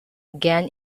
again